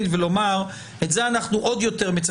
ולומר שאת זה אנחנו עוד יותר מצמצמים.